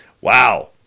Wow